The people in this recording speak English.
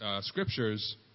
scriptures